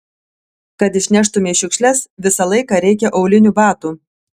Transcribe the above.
kad išneštumei šiukšles visą laiką reikia aulinių batų